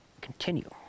continue